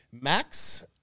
max